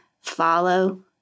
follow